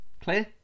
clear